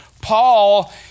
Paul